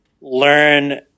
learn